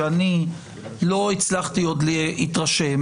שאני לא הצלחתי עוד להתרשם,